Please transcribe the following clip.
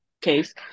case